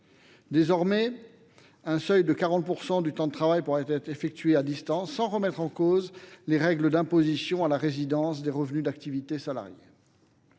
Désormais, jusqu’à 40 % du temps de travail pourra être effectué à distance sans remettre en cause les règles d’imposition à la résidence des revenus d’activité salariée.